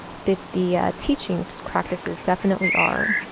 the the teachings practices definitely are.